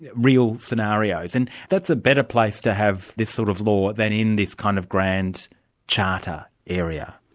yeah real scenarios, and that's a better place to have this sort of law than in this kind of grand charter area.